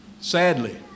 Sadly